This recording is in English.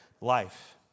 life